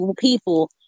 people